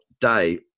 day